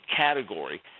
category